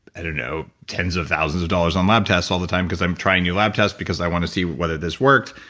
i don't know, tens of thousands of dollars on lab tests all the time because i'm trying new lab tests because i want to see whether this worked,